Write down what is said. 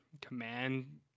command